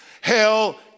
Hell